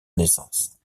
naissance